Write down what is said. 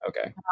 Okay